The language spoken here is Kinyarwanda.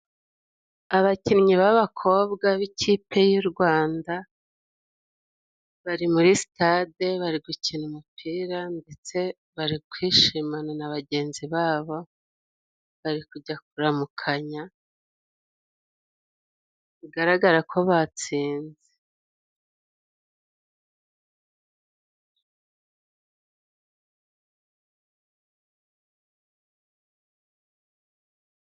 Abakinnyi b'abakobwa b'ikipe y'u Rwanda bari muri sitade bari gukina umupira, ndetse bari kwishimana na bagenzi babo bari kujya kuramukanya, bigaragara ko batsinze.